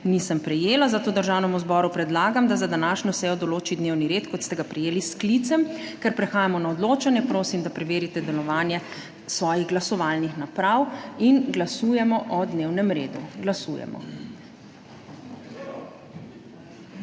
nisem prejela, zato državnemu zboru predlagam, da za današnjo sejo določi dnevni red kot ste ga prejeli s sklicem. Ker prehajamo na odločanje, prosim, da preverite delovanje svojih glasovalnih naprav in glasujemo o dnevnem redu. Glasujemo.